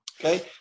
Okay